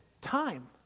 time